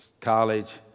college